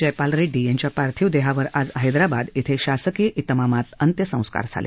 जयपाल रेड्डी यांच्या पार्थिव देहावर आज हैदराबाद इथं शासकीय इतमामात अंत्यसंस्कार झाले